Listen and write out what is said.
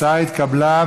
ההצעה התקבלה,